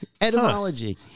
Etymology